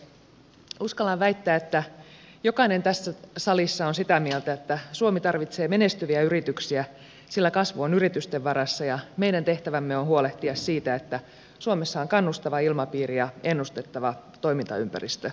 uskallan väittää että jokainen tässä salissa on sitä mieltä että suomi tarvitsee menestyviä yrityksiä sillä kasvu on yritysten varassa ja meidän tehtävämme on huolehtia siitä että suomessa on kannustava ilmapiiri ja ennustettava toimintaympäristö